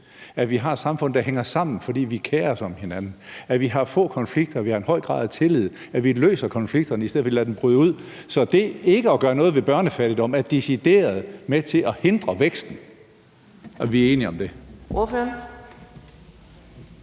at vi har et samfund, der hænger sammen, fordi vi kerer os om hinanden, at vi har få konflikter, at vi har en høj grad af tillid, og at vi løser konflikterne i stedet for at lade dem bryde ud. Så det ikke at gøre noget ved børnefattigdom er decideret med til at hindre væksten. Er vi enige om det?